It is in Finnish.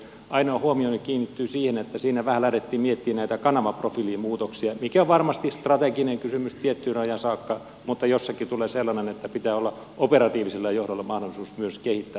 ainoa huomioni kiinnittyy siihen että siinä vähän lähdettiin miettimään näitä kanavaprofiilimuutoksia mikä on varmasti strateginen kysymys tiettyyn rajaan saakka mutta jossakin tulee vastaan se että pitää olla operatiivisella johdolla mahdollisuus myös kehittää toimintaa